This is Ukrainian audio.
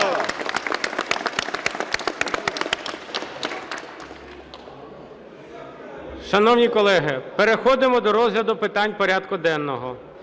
Шановні колеги, переходимо до розгляду питань порядку денного.